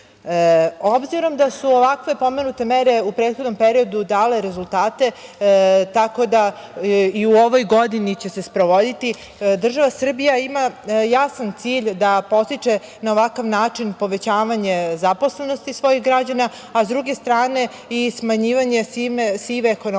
dinara. Obzirom da su ovakve pomenute mere u prethodnom periodu dale rezultate i u ovoj godini će se sprovoditi. Država Srbija ima jasan cilj da podstiče na ovakav način povećavanje zaposlenosti svojih građana, a sa druge strane i smanjivanje sive ekonomije,